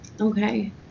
Okay